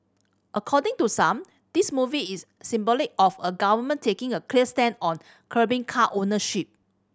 according to some this move is symbolic of a government taking a clear stand on curbing car ownership